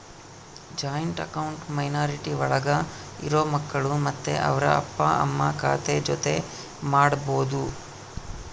joint account minority ಒಳಗ ಇರೋ ಮಕ್ಕಳು ಮತ್ತೆ ಅವ್ರ ಅಪ್ಪ ಅಮ್ಮ ಖಾತೆ ಜೊತೆ ಮಾಡ್ಬೋದು